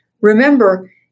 remember